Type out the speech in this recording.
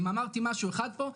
אם אמרתי משהו אחד פה,